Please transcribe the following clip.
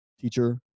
teacher